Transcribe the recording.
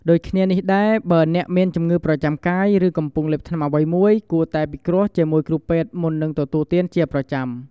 ដូចគ្នានេះដែរ បើអ្នកមានជំងឺប្រចាំកាយ ឬកំពុងលេបថ្នាំអ្វីមួយ គួរតែពិគ្រោះជាមួយគ្រូពេទ្យមុននឹងទទួលទានជាប្រចាំ។